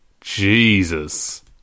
Jesus